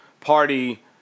party